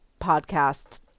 podcast